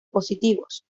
positivos